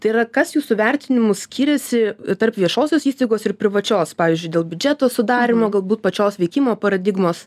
tai yra kas jūsų vertinimu skiriasi tarp viešosios įstaigos ir privačios pavyzdžiui dėl biudžeto sudarymo galbūt pačios veikimo paradigmos